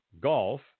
golf